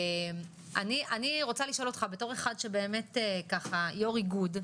אני רוצה לשאול אותך כיו"ר איגוד,